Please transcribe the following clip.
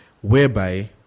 whereby